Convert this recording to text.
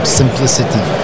simplicity